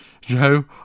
Joe